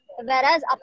whereas